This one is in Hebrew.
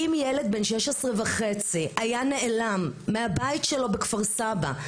אם ילד בן שש עשרה וחצי היה נעלם מהבית שלו בכפר סבא,